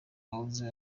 yahoze